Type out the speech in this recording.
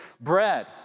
bread